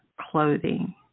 Clothing